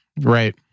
Right